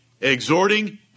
exhorting